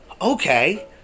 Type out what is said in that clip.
okay